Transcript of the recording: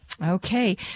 Okay